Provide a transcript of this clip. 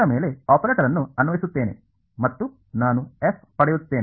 ನಾನು ಅದರ ಮೇಲೆ ಆಪರೇಟರ್ ಅನ್ನು ಅನ್ವಯಿಸುತ್ತೇನೆ ಮತ್ತು ನಾನು f ಪಡೆಯುತ್ತೇನೆ